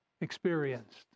experienced